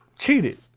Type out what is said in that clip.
cheated